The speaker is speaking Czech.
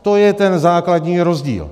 To je ten základní rozdíl.